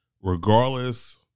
regardless